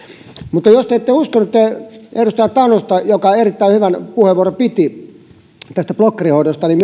mutta jos te ette usko nytten edustaja tanusta joka erittäin hyvän puheenvuoron piti tästä blokkerihoidosta niin